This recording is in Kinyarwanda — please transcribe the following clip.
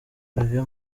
olivier